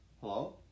Hello